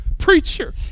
preacher